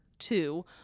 two